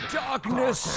darkness